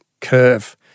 curve